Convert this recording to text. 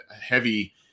heavy